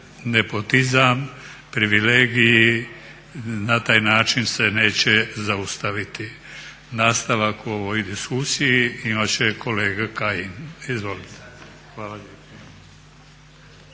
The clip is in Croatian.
nepotizam, privilegiji na taj način se neće zaustaviti. Nastavak u ovoj diskusiji imati će kolega Kaijin, izvolite.